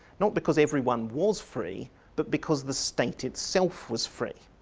not because everyone was free but because the state itself was free.